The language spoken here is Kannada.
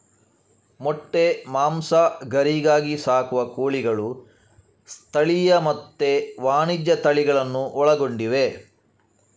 ಮೊಟ್ಟೆ, ಮಾಂಸ, ಗರಿಗಾಗಿ ಸಾಕುವ ಕೋಳಿಗಳು ಸ್ಥಳೀಯ ಮತ್ತೆ ವಾಣಿಜ್ಯ ತಳಿಗಳನ್ನೂ ಒಳಗೊಂಡಿವೆ